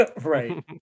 Right